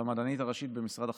והמדענית הראשית במשרד החקלאות,